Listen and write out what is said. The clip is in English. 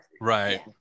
Right